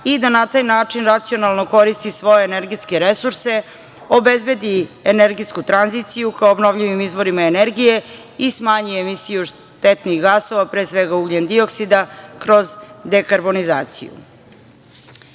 i da na taj način racionalno koristi svoje energetske resurse, obezbedi energetsku tranziciju ka obnovljivim izvorima energije i smanje emisiju štetnih gasova, pre svega ugljen-dioksida, kroz dekarbonizaciju. Kada